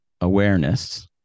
awareness